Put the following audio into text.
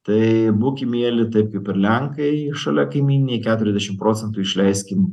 tai būkim mieli taip kaip ir lenkai šalia kaimyniniai keturiasdešim procentų išleiskim